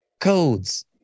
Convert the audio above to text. Codes